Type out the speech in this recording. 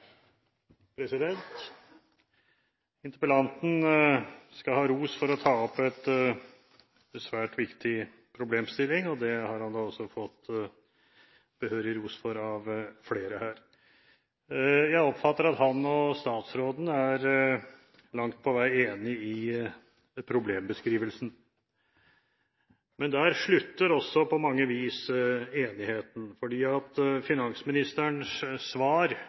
Interpellanten skal ha ros for å ta opp en svært viktig problemstilling. Det har han også fått behørig ros for av flere her. Jeg oppfatter at han og statsråden langt på vei er enig i problembeskrivelsen. Men der slutter også på mange vis enigheten. Finansministerens svar går veldig mye langs de linjene vi kjenner, nemlig at